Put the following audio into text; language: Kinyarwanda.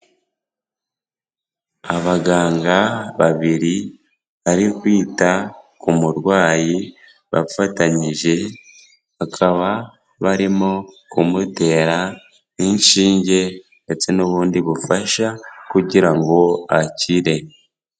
Abaganga babiri bari kwita ku murwayi bafatanyije, bakaba barimo kumutera inshinge ndetse n'ubundi bufasha kugira ngo akire.